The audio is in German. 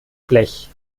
blech